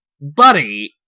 Buddy